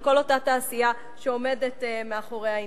זה כל אותה תעשייה שעומדת מאחורי העניין.